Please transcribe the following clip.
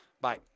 bye